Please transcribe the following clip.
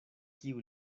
kiu